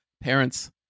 parents